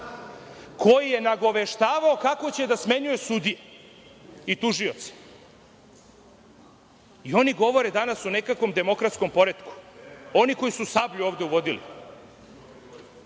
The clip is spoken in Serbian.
koji je nagoveštavao kako će da smenjuje sudije i tužioce. I oni govore danas o nekakvom demokratskom poretku! Oni koji su „Sablju“ ovde uvodili! Da,